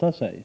därefter.